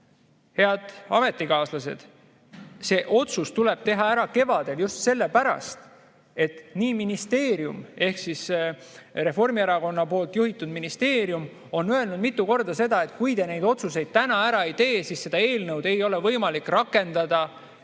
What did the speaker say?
Head ametikaaslased, see otsus tuleb teha ära kevadel just sellepärast, et Reformierakonna juhitud ministeerium on öelnud mitu korda seda, et kui te neid otsuseid täna ära ei tee, siis seda eelnõu ei ole võimalik rakendada